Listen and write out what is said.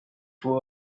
threw